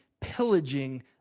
pillaging